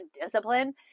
discipline